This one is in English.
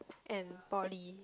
and Poly